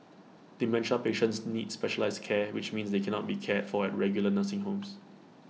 dementia patients need specialised care which means they cannot be cared for at regular nursing homes